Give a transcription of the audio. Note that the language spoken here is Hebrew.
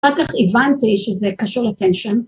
אחר כך הבנתי שזה קשור לטנשן.